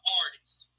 artists